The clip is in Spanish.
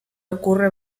ocurre